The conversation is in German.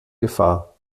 gefahr